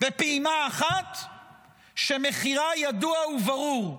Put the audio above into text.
בפעימה אחת שמחירה ידוע וברור: